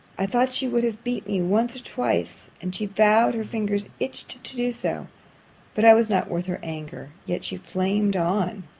i thought she would have beat me once or twice and she vowed her fingers itched to do so but i was not worth her anger yet she flamed on.